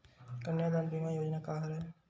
कन्यादान बीमा योजना का हरय?